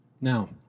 Now